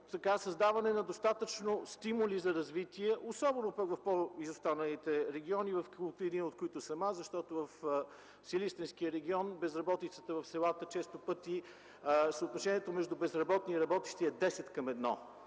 създаване на достатъчно стимули за развитие, особено в по-изостаналите региони, в един от които съм аз. В Силистренския регион безработицата в селата и често пъти съотношението между безработни и работещи е 10 към